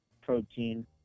protein